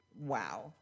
wow